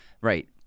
Right